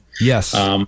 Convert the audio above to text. Yes